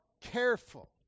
careful